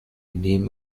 neben